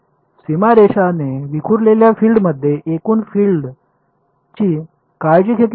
तर सीमारेषाने विखुरलेल्या फील्डमध्ये एकूण फील्ड ची काळजी घेतली पाहिजे